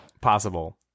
possible